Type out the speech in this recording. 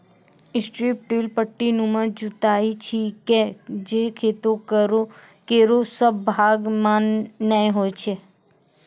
strip till पट्टीनुमा जुताई छिकै जे खेतो केरो सब भाग म नै होय छै